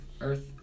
Earth